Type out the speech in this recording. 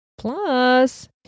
Plus